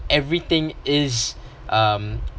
everything is um